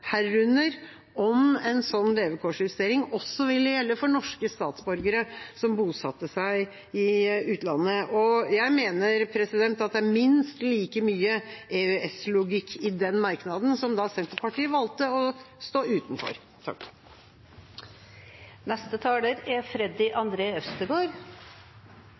herunder om en sånn levekårsjustering også ville gjelde for norske statsborgere som bosatte seg i utlandet. Jeg mener at det er minst like mye EØS-logikk i den merknaden, som Senterpartiet da valgte å stå utenfor.